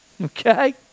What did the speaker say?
Okay